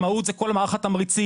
המהות זה כל מערך התמריצים,